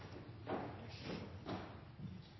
ja,